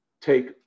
take